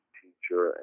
teacher